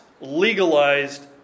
legalized